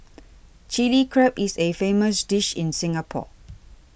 Chilli Crab is a famous dish in Singapore